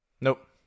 Nope